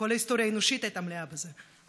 כל ההיסטוריה האנושית הייתה מלאה בזה,